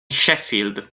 sheffield